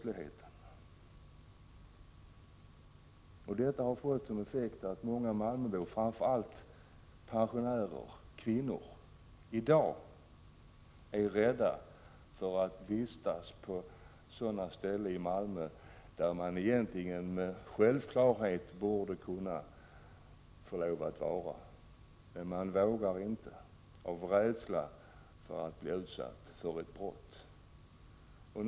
Effekten av detta har blivit att många malmöbor, framför allt pensionärer och kvinnor, i dag av rädsla för att bli utsatta för ett brott är rädda för att vistas på ställen i Malmö där de annars borde kunna vara.